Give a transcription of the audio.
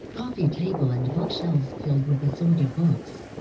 coffee table, and book shelves filled with assorted books,